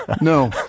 no